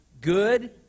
Good